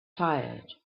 tired